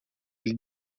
ele